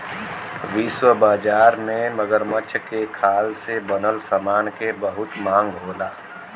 विश्व बाजार में मगरमच्छ के खाल से बनल समान के बहुत मांग होला